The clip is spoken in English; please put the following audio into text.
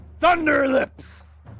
Thunderlips